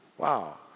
Wow